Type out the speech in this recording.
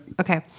Okay